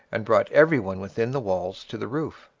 and brought everybody within the walls to the roof.